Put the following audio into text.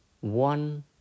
one